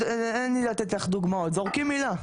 אין לי לתת לך דוגמאות, זורקים מילה.